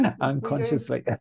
unconsciously